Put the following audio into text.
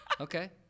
Okay